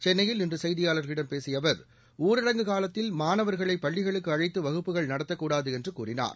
சென்னையில் இன்று செய்தியாளா்களிடம் பேசிய அவா் ஊரடங்கு காலத்தில் மாணவா்களை பள்ளிகளுக்கு அழைத்து வகுப்புகள் நடத்தக்கூடாது என்றும் கூறினார்